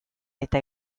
eta